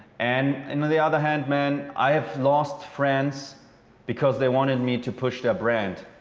and in ah the other hand, man, i have lost friends because they wanted me to push their brand.